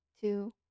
two